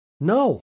No